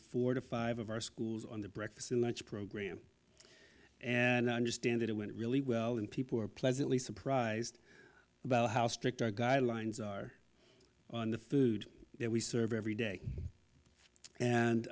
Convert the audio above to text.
four to five of our schools on the breakfast and lunch program and i understand it went really well and people were pleasantly surprised about how strict our guidelines are on the food that we serve every day